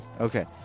Okay